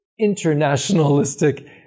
internationalistic